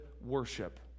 worship